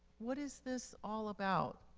what is this all about?